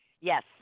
Yes